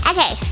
Okay